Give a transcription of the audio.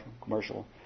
commercial